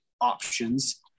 options